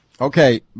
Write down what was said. Okay